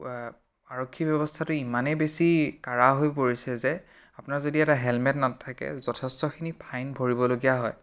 আৰক্ষী ব্যৱস্থাটো ইমানেই বেছি কাঢ়া হৈ পৰিছে যে আপোনাৰ যদি এটা হেলমেট নাথাকে যথেষ্টখিনি ফাইন ভৰিবলগীয়া হয়